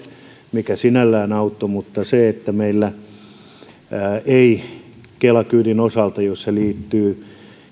mikä sinällään auttoi mutta meillä kela kyydin osalta jos se liittyy